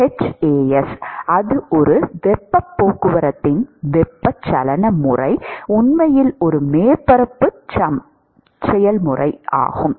h As அது ஒரு வெப்பப் போக்குவரத்தின் வெப்பச்சலன முறை உண்மையில் ஒரு மேற்பரப்பு செயல்முறை ஆகும்